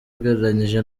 ugereranije